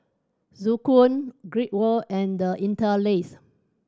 Joo Koon Great World and The Interlace